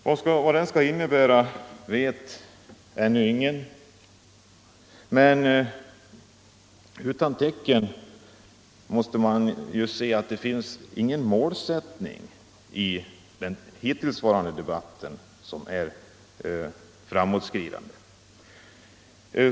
Vad den rörliga pensionsåldern skall innebära vet ännu ingen, och jag måste säga att i den hittills förda debatten har det inte kommit fram någonting som är framåtsyftande.